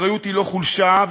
אחריות היא לא חולשה,